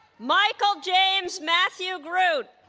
michael james matthew groot